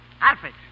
Alfred